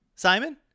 Simon